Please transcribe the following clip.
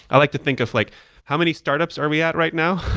i like to think of like how many startups are we at right now?